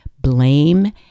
blame